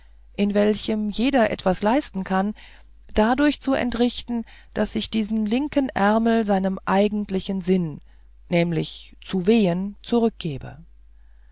in welchem jeder etwas zu leisten hat dadurch zu entrichten daß ich diesen linken ärmel seinem eigentlichen sinne nämlich zu wehen zurückgebe